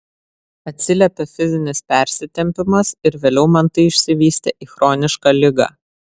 atsiliepė fizinis persitempimas ir vėliau man tai išsivystė į chronišką ligą